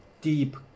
deep